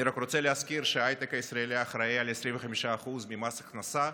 אני רק רוצה להזכיר שההייטק הישראלי אחראי ל-25% ממס ההכנסה,